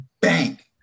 bank